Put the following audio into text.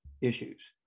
issues